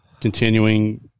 continuing